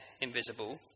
invisible